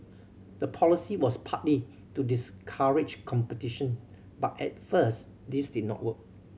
the policy was partly to discourage competition but at first this did not work